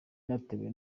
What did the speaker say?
natewe